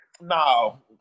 No